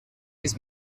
his